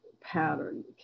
pattern